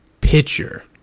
picture